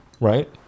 Right